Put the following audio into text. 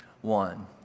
one